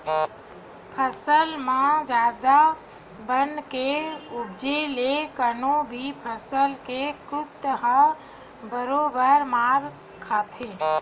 फसल म जादा बन के उपजे ले कोनो भी फसल के कुत ह बरोबर मार खाथे